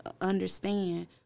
understand